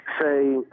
say